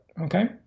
Okay